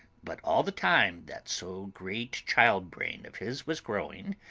but all the time that so great child-brain of his was growing,